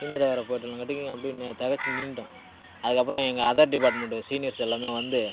சீனியராக வேறு போய்ட்டானுங்காட்டிக்கும் அப்படியே த தெகைச்சி நின்னுவிட்டோம் அதுக்கப்புறம் எங்கள் அதர் டிபார்ட்மெண்ட் சீனியர்ஸ் எல்லாமே வந்து